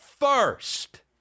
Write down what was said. first